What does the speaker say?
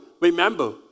remember